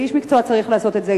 ואיש מקצוע צריך לעשות את זה.